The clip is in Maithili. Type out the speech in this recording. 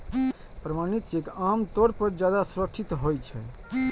प्रमाणित चेक आम तौर पर ज्यादा सुरक्षित होइ छै